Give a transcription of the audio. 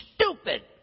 stupid